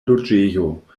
loĝejo